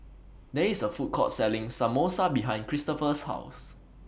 There IS A Food Court Selling Samosa behind Cristopher's House